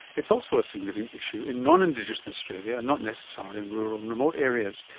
it's also a significant issue in non-indigenous australia and not necessarily in rural and remote areas,